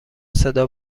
صدا